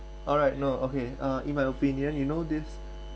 alright no okay uh in my opinion you know this